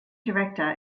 director